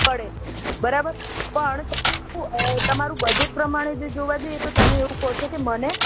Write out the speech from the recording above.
પડે છે બરાબર પણ તમારું બજેટ પ્રમાણે જે જોવા જઈએ તો તમે એવું કહો છો કે મને